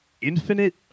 Infinite